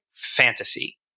Fantasy